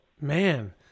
man